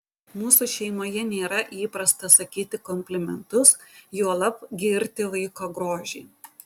mūsų šeimoje nėra įprasta sakyti komplimentus juolab girti vaiko grožį